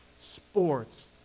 sports